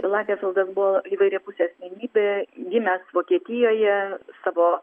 lagerfeldas buvo įvairiapusė asmenybė gimęs vokietijoje savo